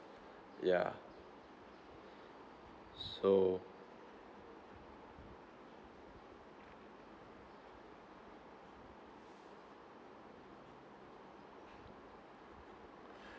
yeah so